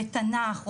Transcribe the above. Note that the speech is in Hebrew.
בתנ"ך,